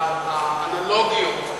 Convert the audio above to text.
האנלוגיות.